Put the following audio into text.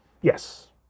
yes